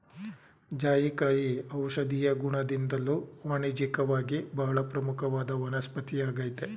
ಜಾಯಿಕಾಯಿ ಔಷಧೀಯ ಗುಣದಿಂದ್ದಲೂ ವಾಣಿಜ್ಯಿಕವಾಗಿ ಬಹಳ ಪ್ರಮುಖವಾದ ವನಸ್ಪತಿಯಾಗಯ್ತೆ